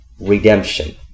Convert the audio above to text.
redemption